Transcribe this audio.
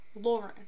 Lauren